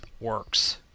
works